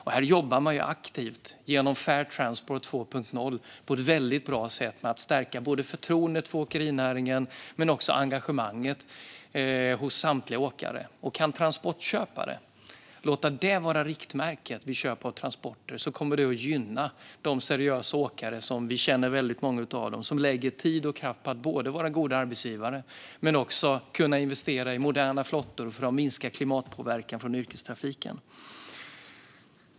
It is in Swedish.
Man jobbar aktivt genom Fair Transport 2.0 på ett väldigt bra sätt med att stärka både förtroendet för åkerinäringen och engagemanget hos samtliga åkare. Kan transportköpare låta detta var riktmärket vid köp av transporter kommer det att gynna de seriösa åkare - vi känner väldigt många av dem - som lägger tid och kraft på att både vara goda arbetsgivare och att investera i moderna flottor för att minska klimatpåverkan från yrkestrafiken.